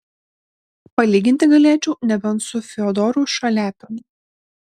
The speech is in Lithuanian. palyginti galėčiau nebent su fiodoru šaliapinu